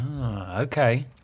okay